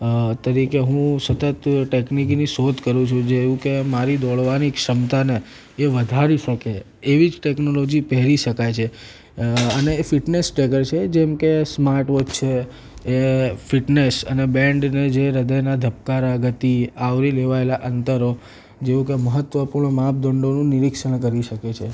અ તરીકે હું સતત ટેકનિકીની શોધ કરું છું જેવુ કે મારી દોડવાની ક્ષમતાને એ વધારી શકે એવી જ ટેક્નોલૉજી પહેરી શકાય છે અ અને એ ફિટનેશ ટ્રેકર છે જેમ કે સ્માર્ટવોચ છે એ ફિટનેશ અને બેન્ડને જે હદયનાં ધબકારા ગતિ આવરી લેવાયા અંતરો જેવુ કે મહત્ત્વપૂર્ણ માપદંડોનું નિરીક્ષણ કરી શકે છે